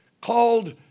called